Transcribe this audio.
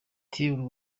team